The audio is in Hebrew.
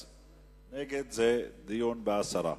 נגד, הסרה.